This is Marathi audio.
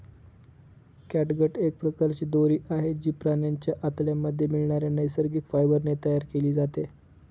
कॅटगट एक प्रकारची दोरी आहे, जी प्राण्यांच्या आतड्यांमध्ये मिळणाऱ्या नैसर्गिक फायबर ने तयार केली जाते